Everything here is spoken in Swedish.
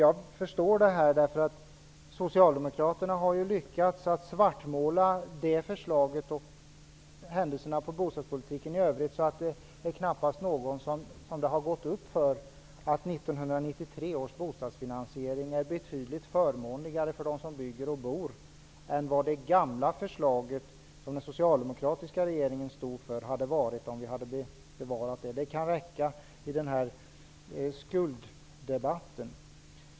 Jag förstår det, därför att Socialdemokraterna har lyckats svartmåla vårt förslag och händelserna inom bostadspolitiken i övrigt, så att det knappast har gått upp för någon att 1993 års bostadsfinansiering är betydligt förmånligare för dem som bygger och bor än vad det gamla förslaget, från den socialdemokratiska regeringen, hade inneburit om det bevarats. Det kan räcka i skulddebatten.